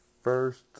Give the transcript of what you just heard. First